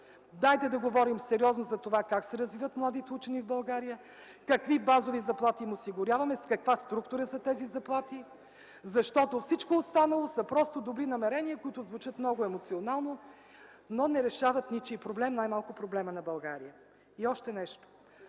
Дайте да говорим сериозно как се развиват младите учени в България, какви базови заплати им осигуряваме, с каква структура са тези заплати, защото всичко останало са просто добри намерения, които звучат много емоционално, но не решават ничий проблем, най-малкото проблемът на България. И още нещо!